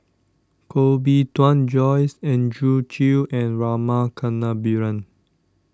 Koh Bee Tuan Joyce Andrew Chew and Rama Kannabiran